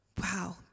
wow